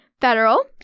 Federal